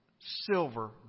Silver